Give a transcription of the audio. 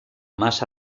más